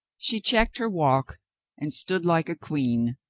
she checked her walk and stood like a queen,